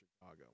Chicago